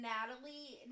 Natalie